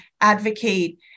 advocate